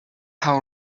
how